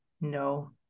no